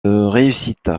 réussite